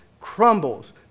crumbles